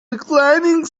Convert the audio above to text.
reclining